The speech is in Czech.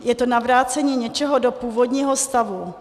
Je to navrácení něčeho do původního stavu.